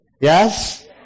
Yes